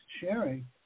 sharing